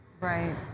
Right